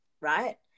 Right